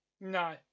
No